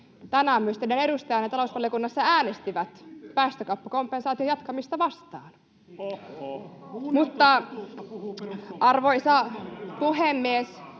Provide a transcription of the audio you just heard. Tänään teidän edustajanne talousvaliokunnassa myös äänestivät päästökauppakompensaation jatkamista vastaan. [Keskustan